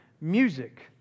music